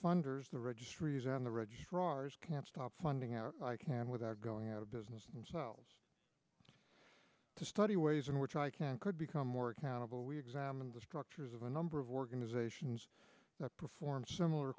funders the registries and the registrars can stop funding out i can without going out of business selves to study ways in which i can could become more accountable we examined the structures of a number of organizations that perform similar